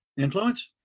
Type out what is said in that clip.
influence